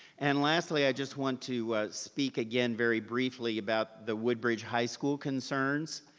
and lastly, i just want to speak again very briefly about the woodbridge high school concerns,